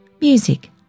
Music